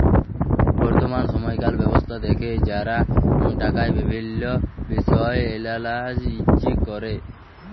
বর্তমাল সময়কার ব্যবস্থা দ্যাখে যারা টাকার বিভিল্ল্য বিষয় এলালাইজ ক্যরে